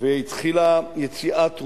והתחילה יציאת רוסיה,